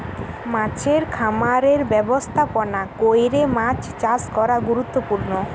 মাছের খামারের ব্যবস্থাপনা কইরে মাছ চাষ করা গুরুত্বপূর্ণ